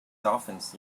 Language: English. dolphins